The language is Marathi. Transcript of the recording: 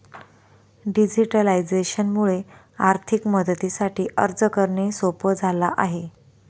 डिजिटलायझेशन मुळे आर्थिक मदतीसाठी अर्ज करणे सोप झाला आहे